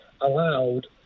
allowed